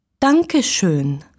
Dankeschön